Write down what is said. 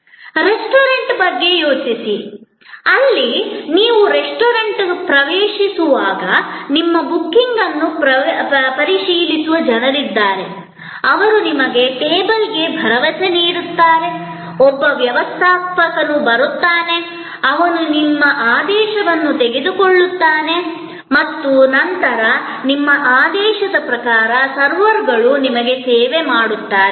restaurant ಬಗ್ಗೆ ಯೋಚಿಸಿ ಆದ್ದರಿಂದ ನೀವು ರೆಸ್ಟೋರೆಂಟ್ಗೆ ಪ್ರವೇಶಿಸುವಾಗ ನಿಮ್ಮ ಬುಕಿಂಗ್ ಅನ್ನು ಪರಿಶೀಲಿಸುವ ಜನರಿದ್ದಾರೆ ಅವರು ನಿಮಗೆ ಟೇಬಲ್ಗೆ ಭರವಸೆ ನೀಡುತ್ತಾರೆ ಒಬ್ಬ ವ್ಯವಸ್ಥಾಪಕನು ಬರುತ್ತಾನೆ ಅವನು ನಿಮ್ಮ ಆದೇಶವನ್ನು ತೆಗೆದುಕೊಳ್ಳುತ್ತಾನೆ ಮತ್ತು ನಂತರ ನಿಮ್ಮ ಆದೇಶದ ಪ್ರಕಾರ ಸರ್ವರ್ಗಳು ನಿಮಗೆ ಸೇವೆ ಮಾಡುತ್ತಾರೆ